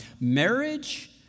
Marriage